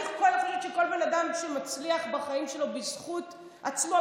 אני חושבת שכל אדם שמצליח בחיים שלו בזכות עצמו,